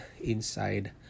inside